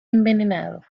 envenenado